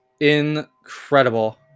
incredible